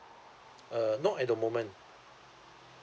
uh no at the moment